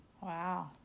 Wow